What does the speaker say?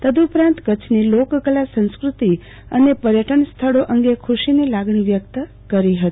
તદઉપરાંત કચ્છની લોકસભા સંસ્કૃતિ અને પર્યટન સ્થળો અંગે ખુ શીની લાગણી વ્યક્ત કરી હતી